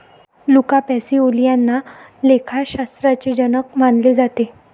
Luca Pacioli यांना लेखाशास्त्राचे जनक मानले जाते